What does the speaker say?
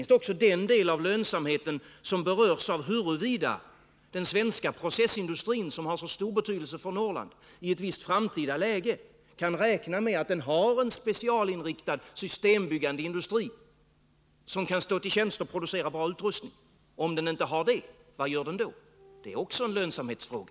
Vidare finns det en sida av lönsamheten som berörs av huruvida den svenska processindustrin, som har så stor betydelse för Norrland, i ett visst framtida läge kan räkna med att den har en specialinriktad systembyggande industri som kan stå till tjänst med att 51 producera en god utrustning. Men om den inte kan räkna med det, vad gör den då? Det är också en lönsamhetsfråga.